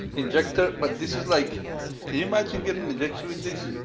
injector but this is like, can you imagine getting an injection with this?